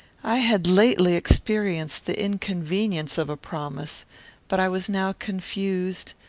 i had lately experienced the inconvenience of a promise but i was now confused,